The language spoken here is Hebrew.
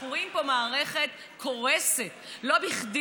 אנחנו רואים פה מערכת קורסת, ולא בכדי.